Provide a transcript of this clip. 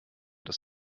dass